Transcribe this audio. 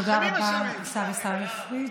תודה רבה, השר עיסאווי פריג'.